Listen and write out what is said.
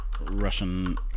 Russian